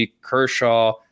Kershaw